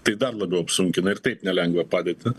tai dar labiau apsunkina ir taip nelengvą padėtį